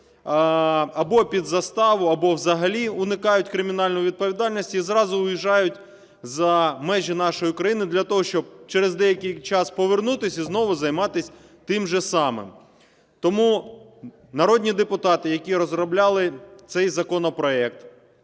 або під заставу, або взагалі уникають кримінальної відповідальності і зразу виїжджають за межі нашої України для того, щоб через деякий час повернутися і знову займатися тим же самим. Тому народні депутати, які розробляли цей законопроект,